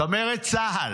"צמרת צה"ל"